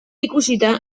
ikusita